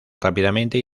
rápidamente